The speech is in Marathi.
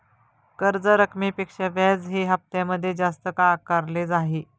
कर्ज रकमेपेक्षा व्याज हे हप्त्यामध्ये जास्त का आकारले आहे?